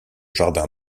jardin